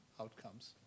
outcomes